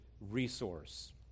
resource